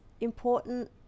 important